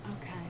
Okay